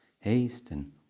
hasten